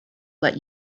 let